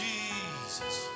Jesus